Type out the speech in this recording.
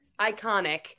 iconic